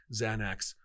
Xanax